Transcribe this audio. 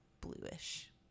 bluish